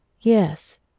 yes